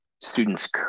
students